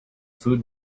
food